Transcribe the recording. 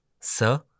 Sir